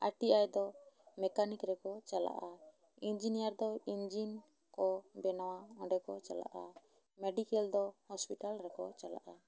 I T I ᱫᱚ mechanic ᱨᱮᱠᱚ ᱪᱟᱞᱟᱜᱼᱟ ᱤᱱᱡᱤᱱᱤᱭᱟᱨ ᱫᱚ ᱤᱱᱡᱤᱱ ᱠᱚ ᱵᱮᱱᱟᱣᱟ ᱚᱸᱰᱮ ᱠᱚ ᱪᱟᱞᱟᱜᱼᱟ ᱢᱮᱰᱤᱠᱟᱞ ᱫᱚ ᱦᱚᱥᱯᱤᱴᱟᱞ ᱨᱮᱠᱚ ᱪᱟᱞᱟᱜᱼᱟ